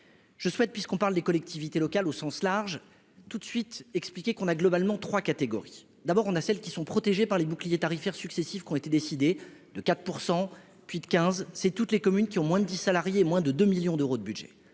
Je souhaite puisqu'on parle des collectivités locales au sens large, toute de suite expliqué qu'on a globalement 3 catégories : d'abord on a celles qui sont protégés par les bouclier tarifaire successifs qui ont été décidées de 4 % puis de 15 c'est toutes les communes qui ont moins de 10 salariés et moins de 2 millions d'euros de budget,